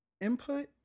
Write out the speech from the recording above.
input